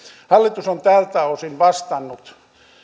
hallitus on tältä osin vastannut